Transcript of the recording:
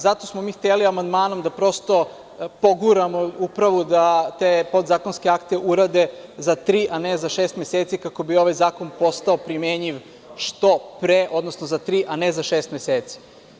Zato smo mi hteli amandmanom da prosto poguramo upravu da te podzakonske akte urade za tri, a ne za šest meseci, kako bi ovaj zakon postao primenjiv što pre, odnosno za tri, a ne za šest meseci.